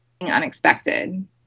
unexpected